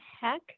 heck